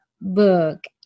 book